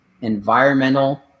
environmental